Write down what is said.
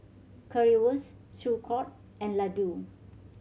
Currywurst Sauerkraut and Ladoo